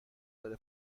داره